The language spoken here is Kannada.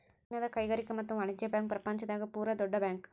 ಚೀನಾದ ಕೈಗಾರಿಕಾ ಮತ್ತು ವಾಣಿಜ್ಯ ಬ್ಯಾಂಕ್ ಪ್ರಪಂಚ ದಾಗ ಪೂರ ದೊಡ್ಡ ಬ್ಯಾಂಕ್